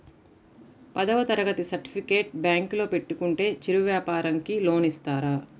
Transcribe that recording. పదవ తరగతి సర్టిఫికేట్ బ్యాంకులో పెట్టుకుంటే చిరు వ్యాపారంకి లోన్ ఇస్తారా?